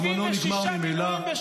זמנו נגמר ממילא.